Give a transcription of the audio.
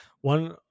One